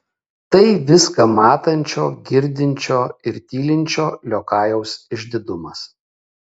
tai viską matančio girdinčio ir tylinčio liokajaus išdidumas